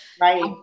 Right